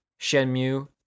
Shenmue